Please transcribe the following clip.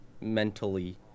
mentally